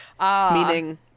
meaning